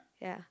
ya